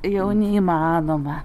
jau neįmanoma